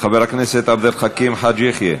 חבר הכנסת עבד אל חכים חאג' יחיא,